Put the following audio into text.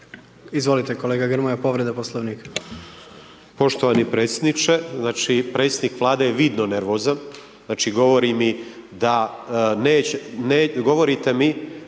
Izvolite kolega Grmoja, povreda Poslovnika.